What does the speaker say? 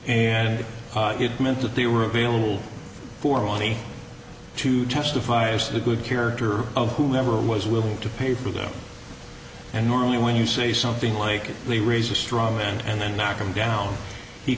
and it meant that they were available for money to testify as to the good character of whomever was willing to pay for them and normally when you say something like we raise a strong and then knock him down he